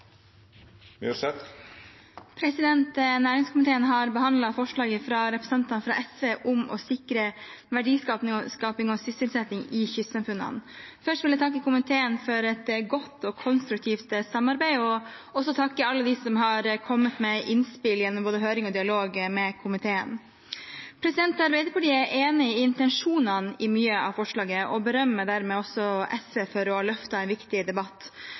vedteke. Næringskomiteen har behandlet forslaget fra representanter fra SV om å sikre verdiskaping og sysselsetting i kystsamfunnene. Først vil jeg takke komiteen for et godt og konstruktivt samarbeid. Jeg vil også takke alle dem som har kommet med innspill gjennom både høring og dialog med komiteen. Arbeiderpartiet er enig i mye av intensjonen i forslaget og berømmer også SV for å ha løftet fram en viktig debatt.